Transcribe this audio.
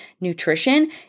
nutrition